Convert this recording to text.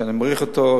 שאני מעריך אותו,